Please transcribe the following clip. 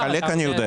לחלק אני יודע.